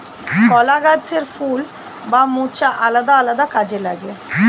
কলা গাছের ফুল বা মোচা আলাদা আলাদা কাজে লাগে